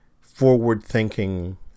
forward-thinking